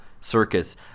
circus